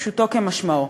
פשוטו כמשמעו.